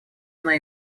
она